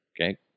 Okay